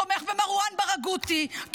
תומך במרואן ברגותי,